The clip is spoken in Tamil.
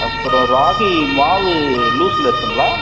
அப்புறம் ராகி மாவு லூஸில் இருக்குத்துங்களா